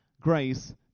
grace